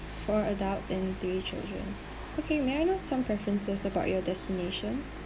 four adults and three children okay may I know some preferences about your destination